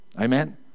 Amen